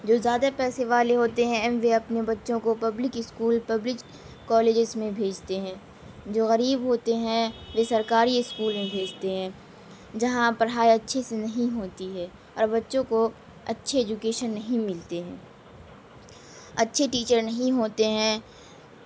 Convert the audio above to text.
جو زیادہ پیسے والے ہوتے ہیں وے اپنے بچوں کو پبلک اسکول پبلک کالجز میں بھیجتے ہیں جو غریب ہوتے ہیں وہ سرکاری اسکول میں بھیجتے ہیں جہاں پڑھائی اچھے سے نہیں ہوتی ہے اور بچوں کو اچھے ایجوکیشن نہیں ملتی اچھے ٹیچر نہیں ہوتے ہیں